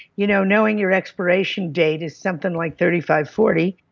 you know knowing your expiration date is something like thirty five, forty,